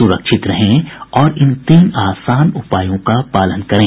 सुरक्षित रहें और इन तीन आसान उपायों का पालन करें